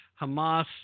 Hamas